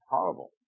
Horrible